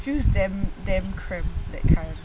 damn cramp that kind